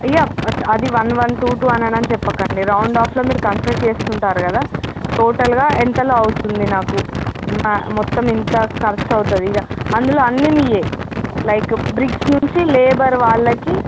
అయ్యా అది one one two two అని అని చెప్పకండి రౌండ్ఆఫ్లో మీరు చేసుకుంటారు కదా టోటల్గా ఎంతలో ఎంతలో అవుతుంది నాకు మొత్తం ఎంత ఖర్చవుతుంది ఇక అందులో అన్ని మీయె లైక్ బ్రిక్స్ నుంచి లేబర్ వాళ్ళకి